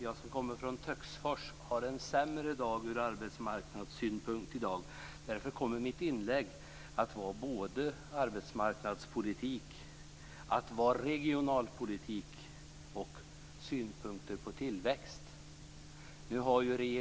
Jag, som kommer från Töcksfors, har en sämre dag från arbetsmarknadssynpunkt. Därför kommer mitt inlägg att handla om såväl arbetsmarknadspolitik som regionalpolitik och synpunkter på tillväxt.